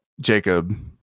Jacob